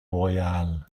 royal